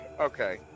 Okay